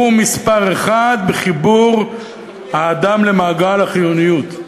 הוא מספר אחת בחיבור האדם למעגל החיוניות.